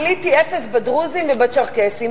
גיליתי אפס בדרוזים ובצ'רקסים.